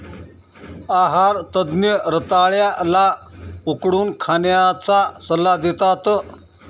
आहार तज्ञ रताळ्या ला उकडून खाण्याचा सल्ला देतात